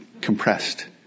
compressed